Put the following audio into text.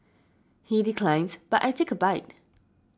he declines but I take a bite